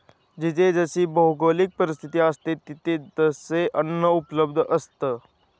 जिथे जशी भौगोलिक परिस्थिती असते, तिथे तसे अन्न उपलब्ध असतं